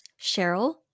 Cheryl